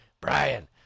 Brian